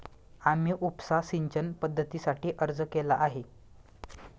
आम्ही उपसा सिंचन पद्धतीसाठी अर्ज केला आहे